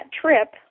trip